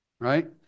right